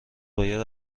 باید